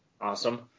Awesome